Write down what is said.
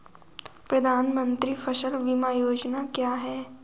प्रधानमंत्री फसल बीमा योजना क्या है?